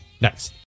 Next